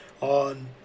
on